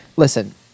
Listen